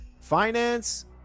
Finance